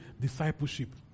discipleship